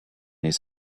his